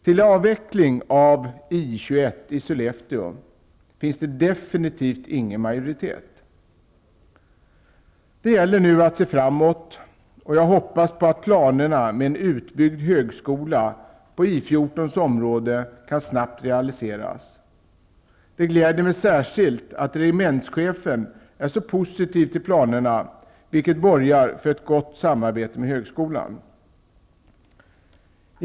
För avveckling av I 21 i Sollefteå, finns det definitivt ingen majoritet. Det gäller nu att se framåt, och jag hoppas nu på att planerna på en utbyggd högskola på I 14:s område snabbt kan realiseras. Det gläder mig särskilt att regementschefen är så positiv till planerna, vilket borgar för ett gott samarbete med högskolan.